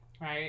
right